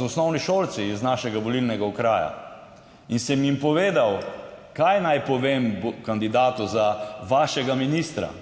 osnovnošolci iz našega volilnega okraja in sem jim povedal kaj naj povem kandidatu za vašega ministra,